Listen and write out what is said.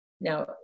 Now